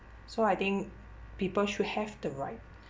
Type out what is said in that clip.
so I think people should have the right